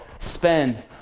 spend